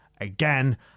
again